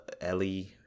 Ellie